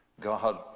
God